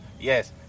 Yes